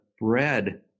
bread